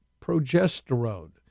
progesterone